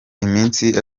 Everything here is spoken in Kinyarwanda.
iminsi